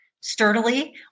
sturdily